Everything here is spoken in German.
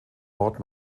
haute